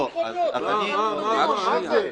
לא, מה זה?